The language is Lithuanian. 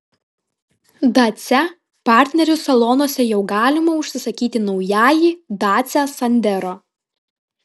dacia partnerių salonuose jau galima užsisakyti naująjį dacia sandero